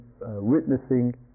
witnessing